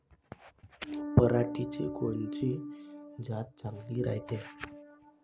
पऱ्हाटीची कोनची जात चांगली रायते?